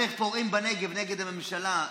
להדריך פורעים בנגב נגד הממשלה.